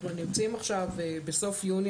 אנחנו נמצאים עכשיו בסוף יוני.